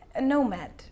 nomad